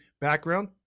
background